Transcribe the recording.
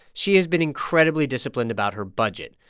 she has been incredibly disciplined about her budget.